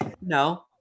No